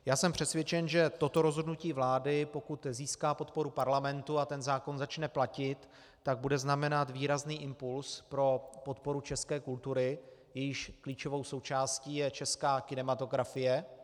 Já jsem přesvědčen, že toto rozhodnutí vlády, pokud získá podporu Parlamentu a zákon začne platit, bude znamenat výrazný impuls pro podporu české kultury, jejíž klíčovou součástí je česká kinematografie.